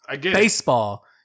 baseball